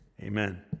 Amen